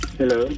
Hello